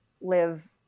live